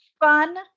fun